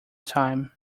time